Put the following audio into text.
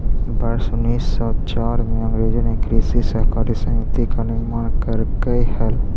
वर्ष उनीस सौ चार में अंग्रेजों ने कृषि सहकारी समिति का निर्माण करकई हल